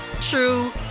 true